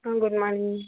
ah good morning